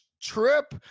trip